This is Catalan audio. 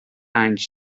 anys